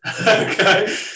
Okay